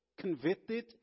Convicted